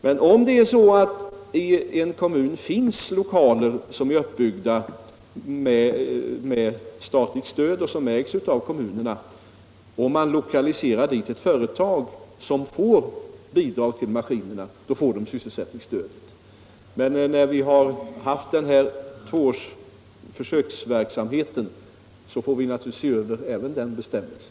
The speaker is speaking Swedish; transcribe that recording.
Men om det i en kommun finns lokaler som är uppbyggda med statligt stöd och som ägs av kommunerna och man där lokaliserar ett företag som får bidrag till maskinerna, då utgår sysselsättningsstöd. När de två årens försöksverksamhet är slutförd får vi naturligtvis se över även den bestämmelsen.